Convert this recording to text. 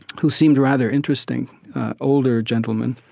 who seemed rather interesting, an older gentleman.